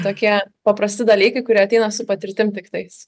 tokie paprasti dalykai kurie ateina su patirtim tiktais